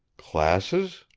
classes?